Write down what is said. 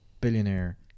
billionaire